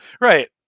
Right